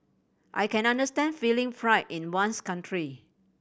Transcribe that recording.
I can understand feeling pride in one's country